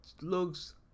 looks